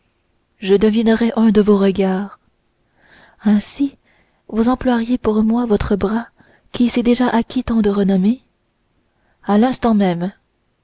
je devinerais un de vos regards ainsi vous emploieriez pour moi votre bras qui s'est déjà acquis tant de renommée à l'instant même